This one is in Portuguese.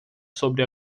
sobre